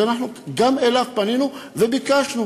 ואנחנו גם אליו פנינו וביקשנו.